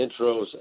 intros